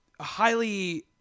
highly